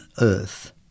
Earth